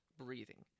breathing